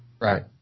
Right